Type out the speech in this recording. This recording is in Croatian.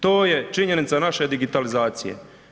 To je činjenica naše digitalizacije.